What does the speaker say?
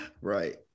right